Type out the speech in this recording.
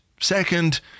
second